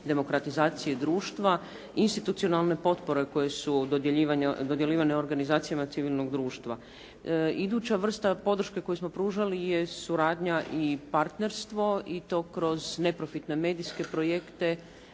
demokratizacije društva, institucionalne potpore koje su dodjeljivane organizacijama civilnog društva. Iduća vrsta podrške koju smo pružali je suradnja i partnerstvo i to kroz neprofitne medijske projekte,